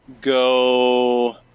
go